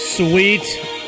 Sweet